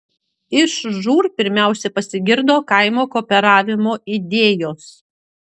iš žūr pirmiausia pasigirdo kaimo kooperavimo idėjos